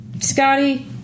scotty